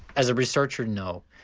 as a researcher no.